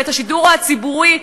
ואת השידור הציבורי,